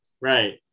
right